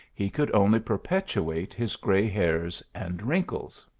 he could only perpetuate his gray hairs and wrinkles.